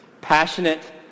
Passionate